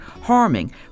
harming